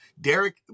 Derek